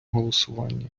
голосування